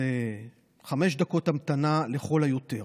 חמש דקות המתנה לכל היותר.